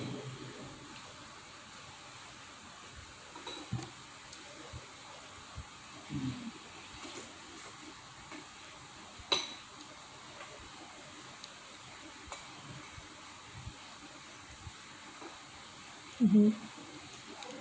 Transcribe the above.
mmhmm